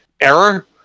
error